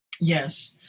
Yes